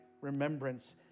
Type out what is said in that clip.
remembrance